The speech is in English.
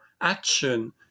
action